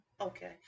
Okay